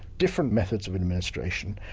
different methods of administration,